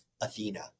Athena